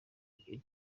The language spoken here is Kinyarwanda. byo